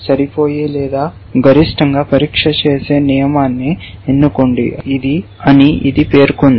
సరిపోయే లేదా గరిష్టంగా పరీక్ష చేసే నియమాన్ని ఎన్నుకోండి అని ఇది పేర్కొంది